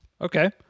Okay